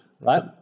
right